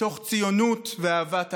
מתוך ציונות ואהבת הארץ.